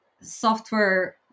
software